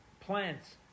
plants